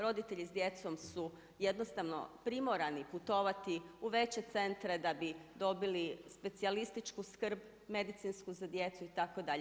Roditelji s djecom su jednostavno primorani putovati u veće centre da bi dobili specijalističku skrb, medicinsku za djecu itd.